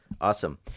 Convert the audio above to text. Awesome